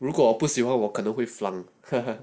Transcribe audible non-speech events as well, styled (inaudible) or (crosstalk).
如果不喜欢我可能会 (laughs)